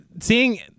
seeing